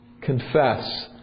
Confess